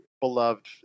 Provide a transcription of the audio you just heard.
beloved